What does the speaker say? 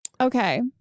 Okay